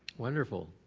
wonderful.